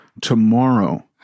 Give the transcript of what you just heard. tomorrow